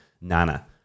nana